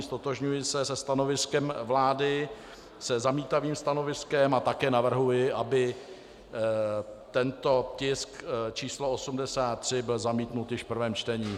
Ztotožňuji se se stanoviskem vlády, se zamítavým stanoviskem, a také navrhuji, aby tento tisk číslo 83 byl zamítnut již v prvém čtení.